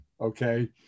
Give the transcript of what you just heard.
okay